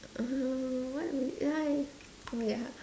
uh what would I wait ah